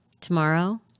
Tomorrow